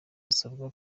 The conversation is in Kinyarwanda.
musabwa